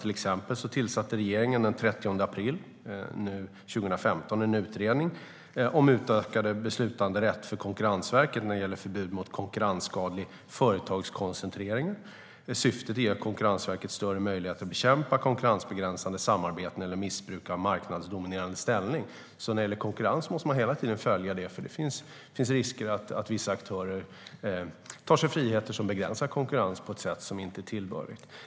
Till exempel tillsatte regeringen den 30 april 2015 en utredning om utökad beslutanderätt för Konkurrensverket när det gäller förbud mot konkurrensskadlig företagskoncentrering. Syftet är att ge Konkurrensverket större möjligheter att bekämpa konkurrensbegränsande samarbeten och missbruk av marknadsdominerande ställning. Frågan om konkurrens måste man följa hela tiden, för det finns risker att vissa aktörer tar sig friheter som begränsar konkurrens på ett sätt som inte är tillbörligt.